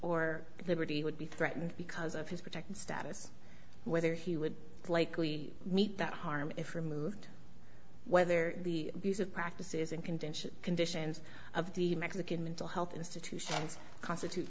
or liberty would be threatened because of his protected status whether he would likely meet that harm if removed whether the use of practices and convention conditions of the mexican mental health institutions constitute